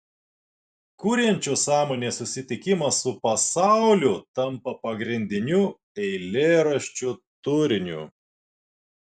kuriančios sąmonės susitikimas su pasauliu tampa pagrindiniu eilėraščių turiniu